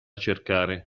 cercare